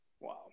Wow